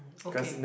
okay